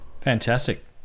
Fantastic